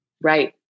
Right